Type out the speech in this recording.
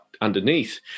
underneath